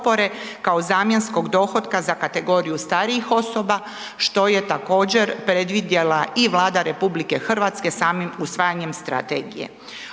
kao zamjenskog dohotka za kategoriju starijih osoba, što je također predvidjela i Vlada RH samim usvajanjem strategije.